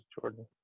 Jordan